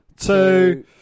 two